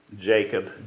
Jacob